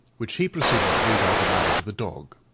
which he proceeded to read out aloud to the dog.